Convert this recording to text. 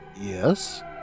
yes